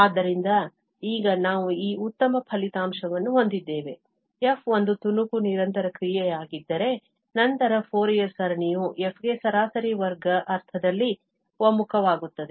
ಆದ್ದರಿಂದ ಈಗ ನಾವು ಈ ಉತ್ತಮ ಫಲಿತಾಂಶವನ್ನು ಹೊಂದಿದ್ದೇವೆ f ಒಂದು ತುಣುಕು ನಿರಂತರ ಕ್ರಿಯೆಯಾಗಿದ್ದರೆ ನಂತರ ಫೋರಿಯರ್ ಸರಣಿಯು f ಗೆ ಸರಾಸರಿ ವರ್ಗ ಅರ್ಥದಲ್ಲಿ ಒಮ್ಮುಖವಾಗುತ್ತದೆ